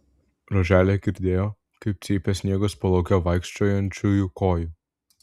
roželė girdėjo kaip cypė sniegas po lauke vaikščiojančiųjų kojų